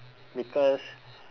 because